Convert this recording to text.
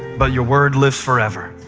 but your word lives forever.